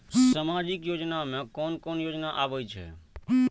सामाजिक योजना में कोन कोन योजना आबै छै?